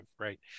right